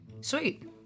Sweet